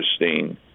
interesting